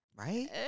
Right